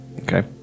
Okay